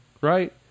Right